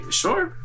sure